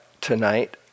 tonight